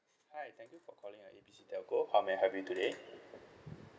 hi thank you for calling uh A B C telco how may I help you today